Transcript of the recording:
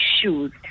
shoes